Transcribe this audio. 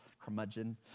curmudgeon